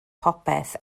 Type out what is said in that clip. popeth